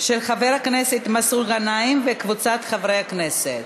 של חבר הכנסת מסעוד גנאים וקבוצת חברי הכנסת.